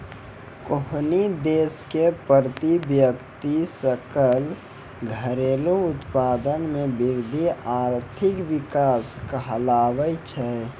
कोन्हो देश के प्रति व्यक्ति सकल घरेलू उत्पाद मे वृद्धि आर्थिक विकास कहलाबै छै